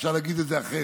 אפשר להגיד את זה אחרת,